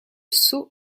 sceau